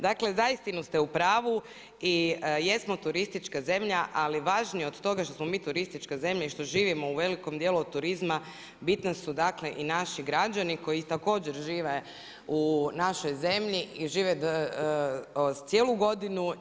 Dakle, zaistinu ste u pravu i jesmo turistička zemlja, ali važnije od toga što smo mi turistička zemlja i što živimo u velikom dijelu od turizma bitni su dakle i naši građani koji također žive u našoj zemlji i žive cijelu godinu.